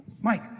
Mike